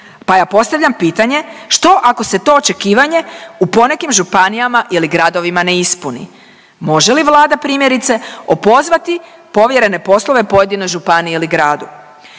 pa ja postavljam pitanje što ako se to očekivanje u ponekim županijama ili gradovima ne ispuni? Može li Vlada, primjerice, opozvati povjerene poslove pojedine županije ili gradu?